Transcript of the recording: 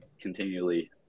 continually